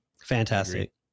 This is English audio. Fantastic